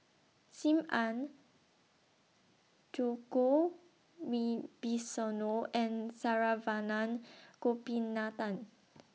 SIM Ann Djoko Wibisono and Saravanan Gopinathan